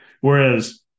Whereas